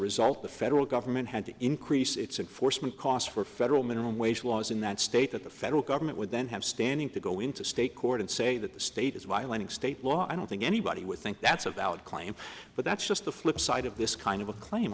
result the federal government had to increase its enforcement cost for federal minimum wage laws in that state at the federal government would then have standing to go into state court and say that the state is violating state law i don't think anybody would think that's a valid claim but that's just the flip side of this kind of a claim